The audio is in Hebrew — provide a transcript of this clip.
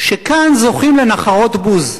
שכאן זוכים לנחרות בוז,